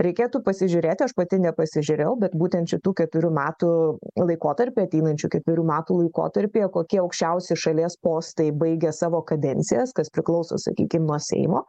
reikėtų pasižiūrėti aš pati nepasižiūrėjau bet būtent šitų keturių metų laikotarpy ateinančių ketverių metų laikotarpyje kokie aukščiausi šalies postai baigia savo kadencijas kas priklauso sakykim nuo seimo